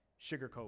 sugarcoat